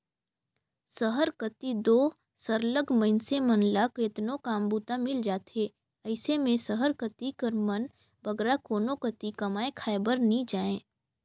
सहर कती दो सरलग मइनसे मन ल केतनो काम बूता मिल जाथे अइसे में सहर कती कर मन बगरा कोनो कती कमाए खाए बर नी जांए